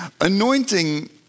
anointing